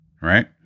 Right